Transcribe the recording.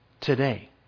today